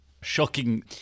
shocking